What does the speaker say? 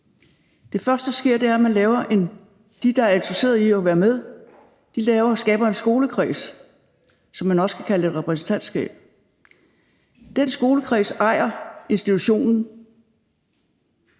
Det første, der sker, er, at de, der er interesserede i at være med, skaber en skolekreds, som man også kan kalde et repræsentantskab. Den skolekreds ejer institutionen